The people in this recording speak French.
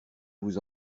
vous